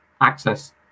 access